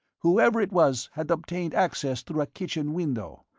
whoever it was had obtained access through a kitchen window,